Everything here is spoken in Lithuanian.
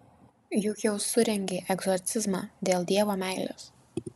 juk jau surengei egzorcizmą dėl dievo meilės